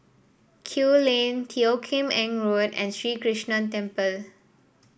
Kew Lane Teo Kim Eng Road and Sri Krishnan Temple